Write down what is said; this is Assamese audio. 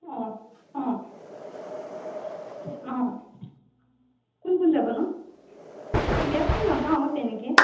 অঁ অঁ অঁ কোন কোন যাবনো বেয়াতো নাপাওঁ তেনেকৈ